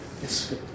Yes